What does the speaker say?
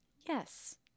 Yes